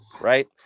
right